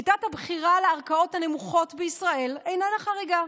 שיטת הבחירה לערכאות הנמוכות בישראל איננה חריגה,